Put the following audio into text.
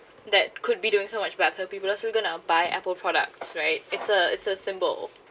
that could be doing so much about the people still going to buy apple products right it's a it's a symbol